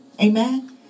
Amen